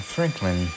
Franklin